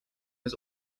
has